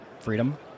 freedom